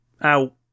out